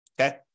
Okay